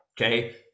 okay